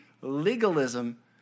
legalism